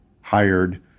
hired